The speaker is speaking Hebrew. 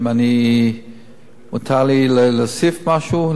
ואם מותר לי להוסיף משהו,